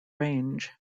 range